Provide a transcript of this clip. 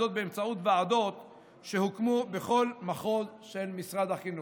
וזאת באמצעות ועדות שהוקמו בכל מחוז של משרד החינוך.